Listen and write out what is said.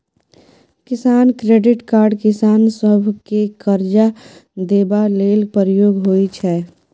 किसान credit card किसान सभकेँ करजा देबा लेल प्रयोग होइ छै